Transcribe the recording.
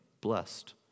blessed